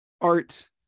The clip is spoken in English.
Art